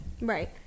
right